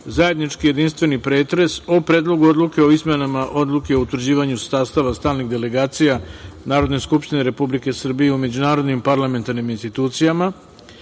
zajednički jedinstveni pretres o: Predlogu odluku o izmenama Odluke o utvrđivanju sastava stalnih delegacija Narodne skupštine Republike Srbije u međunarodnim parlamentarnim institucijama,